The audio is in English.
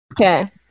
Okay